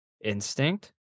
instinct